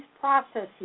processes